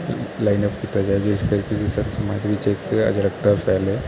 line up ਕੀਤਾ ਜਾਵੇ ਜਿਸ ਕਰਕੇ ਕੀ ਸਾਰੇ ਸਮਾਜ ਦੇ ਵਿਚ ਅਰਾਜਕਤਾ ਫੈਲੇ